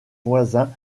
voisins